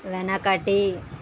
వెనకటి